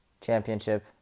championship